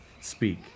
speak